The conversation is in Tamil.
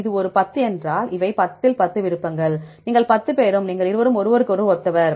இது ஒரு 10 என்றால் இவை 10 இல் 10 விருப்பங்கள் நீங்கள் 10 பேரும் நீங்கள் இருவரும் ஒருவருக்கொருவர் ஒத்தவர்கள்